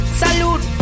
salute